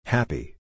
Happy